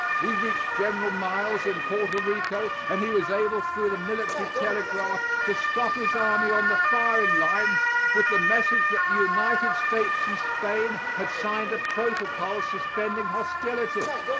we reached general miles, in porto rico, and he was able through the military telegraph to stop his army on the firing line with the message that the united states and spain had signed a protocol suspending hostilities.